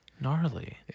Gnarly